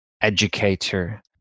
educator